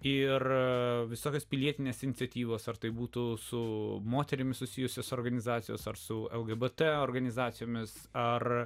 ir visokios pilietinės iniciatyvos ar tai būtų su moterimi susijusios organizacijos ar su lgbt organizacijomis ar